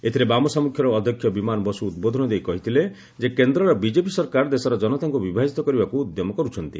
ଏଥିରେ ବାମସାଞ୍ଚଖ୍ୟର ଅଧ୍ୟକ୍ଷ ବିମାନ ବସ୍କ ଉଦ୍ବୋଧନ ଦେଇ କହିଥିଲେ ଯେ କେନ୍ଦ୍ରର ବିଜେପି ସରକାର ଦେଶର ଜନତାଙ୍କୁ ବିଭାଜିତ କରିବାକୁ ଉଦ୍ୟମ କରୁଛନ୍ତି